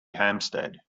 hampstead